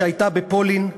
שהייתה בפולין,